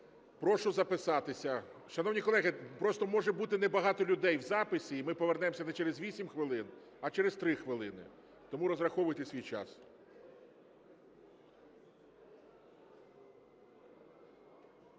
Прошу записатися. Шановні колеги, просто може бути небагато людей в записі і ми повернемося не через 8 хвилин, а через 3 хвилини, тому розраховуйте свій час.